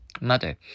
Mother